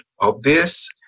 obvious